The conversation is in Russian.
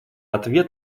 ответ